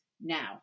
now